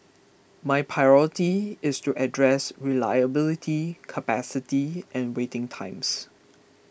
my priority is to address reliability capacity and waiting times